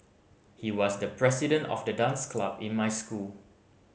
he was the president of the dance club in my school